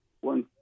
One